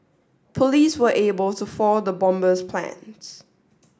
police were able to for the bomber's plans